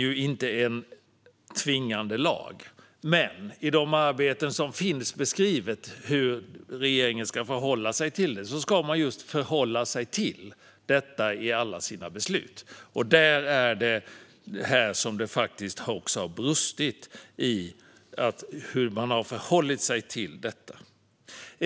Detta är inte en tvingande lag, men i de arbeten som beskriver hur regeringen ska förhålla sig till detta ska man just förhålla sig till det här i alla sina beslut. Det är här som det har brustit, alltså hur man har förhållit sig till det hela.